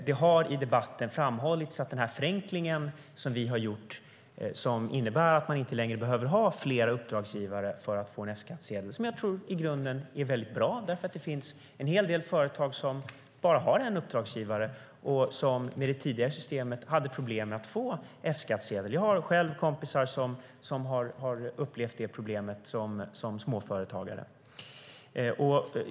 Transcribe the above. Det har i debatten framhållits den förenkling vi har genomfört, som innebär att man inte längre behöver ha flera uppdragsgivare för att få en F-skattsedel, något som i grunden är bra eftersom det finns en hel del företagare som bara har en uppdragsgivare och som med det tidigare systemet hade problem att få F-skattsedel. Jag har själv kompisar som har upplevt det problemet som småföretagare.